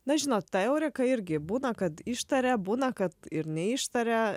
na žinot ta eureka irgi būna kad ištaria būna kad ir neištaria